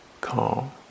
calm